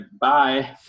bye